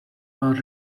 are